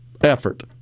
effort